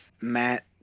Matt